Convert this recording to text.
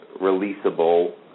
releasable